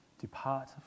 depart